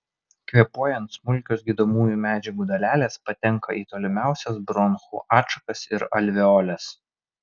kvėpuojant smulkios gydomųjų medžiagų dalelės patenka į tolimiausias bronchų atšakas ir alveoles